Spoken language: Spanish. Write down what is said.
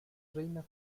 reina